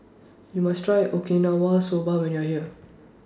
YOU must Try Okinawa Soba when YOU Are here